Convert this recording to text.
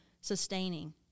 sustaining